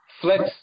Flex